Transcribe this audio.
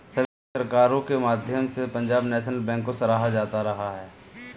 सभी सरकारों के माध्यम से पंजाब नैशनल बैंक को सराहा जाता रहा है